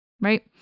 right